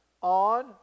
on